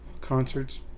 Concerts